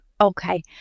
okay